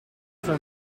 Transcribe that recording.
für